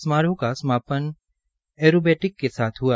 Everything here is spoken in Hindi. समारोह का समापन एक्रोबैटिक के साथ हुआ